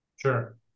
Sure